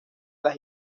las